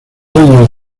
años